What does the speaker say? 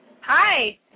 Hi